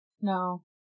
No